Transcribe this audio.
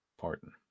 Pardon